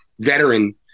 veteran